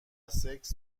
سکس